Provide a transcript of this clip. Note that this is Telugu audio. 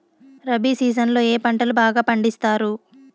రబి సీజన్ లో ఏ పంటలు బాగా పండిస్తారు